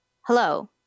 Hello